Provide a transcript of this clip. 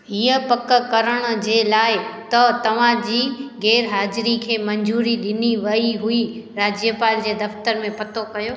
हीअ पक करण जे लाइ त तव्हांजी गै़र हाज़िरी खे मंजू़री डि॒नी वई हुई राज्यपाल जे दफ़्तरु में पतो कयो